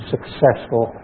Successful